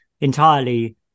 entirely